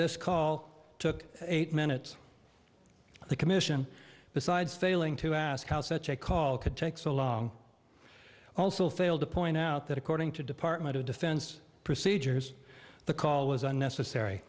this call took eight minutes the commission besides failing to ask how such a call could take so long also failed to point out that according to department of defense procedures the call was unnecessary